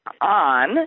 on